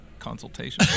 consultation